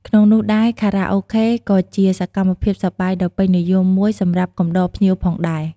ក្នុងនោះដែរ ខារ៉ាអូខេក៏ជាសកម្មភាពសប្បាយដ៏ពេញនិយមមួយសម្រាប់កំដរភ្ញៀវផងដែរ។